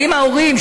האם ההורים,